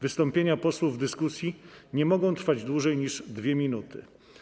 Wystąpienia posłów w dyskusji nie mogą trwać dłużej niż 2 minuty.